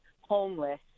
homeless